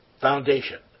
foundation